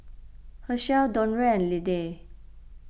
Hershell Dondre and Liddie